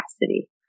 capacity